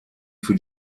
für